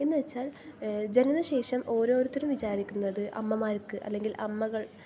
എന്നു വെച്ചാൽ ജനനശേഷം ഓരോരുത്തരും വിചാരിക്കുന്നത് അമ്മമാർക്ക് അല്ലെങ്കിൽ അമ്മകൾ